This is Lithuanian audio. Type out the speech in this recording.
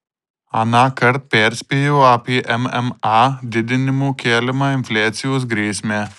anąkart perspėjau apie mma didinimo keliamą infliacijos grėsmę